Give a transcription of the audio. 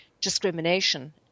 discrimination